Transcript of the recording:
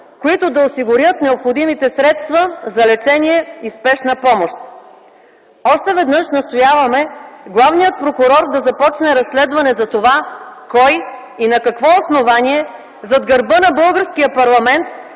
които да осигурят необходимите средства за лечение и спешна помощ. Още веднъж настояваме главният прокурор да започне разследване кой и на какво основание зад гърба на българския парламент